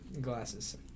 glasses